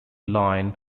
line